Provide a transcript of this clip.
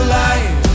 life